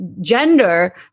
gender